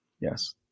Yes